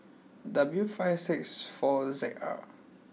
W five six four Z R